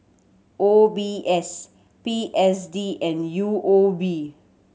O B S P S D and U O B